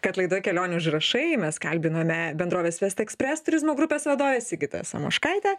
kad laidoj kelionių užrašai mes kalbinome bendrovės vestekspres turizmo grupės vadovę sigitą samoškaitę